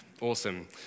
awesome